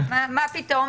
מה פתאום?